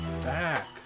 back